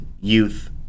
youth